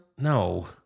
No